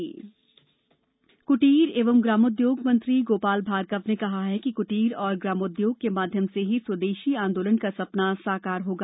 मध्यप्रदेश ग्रामोद्योग कुटीर एवं ग्रामोद्योग मंत्री गोपाल भार्गव ने कहा है कि कुटीर एवं ग्रामोद्योग के माध्यम से ही स्वदेशी आन्दोलन का सपना साकार होगा